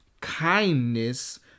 kindness